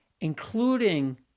including